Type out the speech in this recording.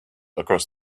across